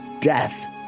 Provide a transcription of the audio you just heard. death